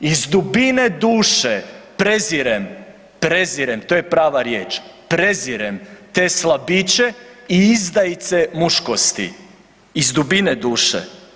Iz dubine duše prezirem, prezirem to je prava riječ, prezirem te slabiće i izdajice muškosti, iz dubine duše.